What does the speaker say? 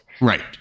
Right